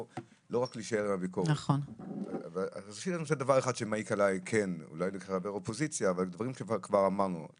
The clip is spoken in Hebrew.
יש דבר אחד שמעיק עלי, יש סיפור על אדם שישב